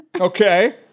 Okay